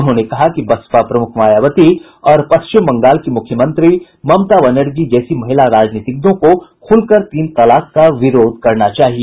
उन्होंने कहा कि बसपा प्रमुख मायावती और पश्चिम बंगाल की मुख्यमंत्री ममता बनर्जी जैसी महिला राजनीतिज्ञों को खुलकर तीन तलाक का विरोध करना चाहिए